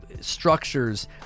structures